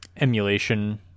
emulation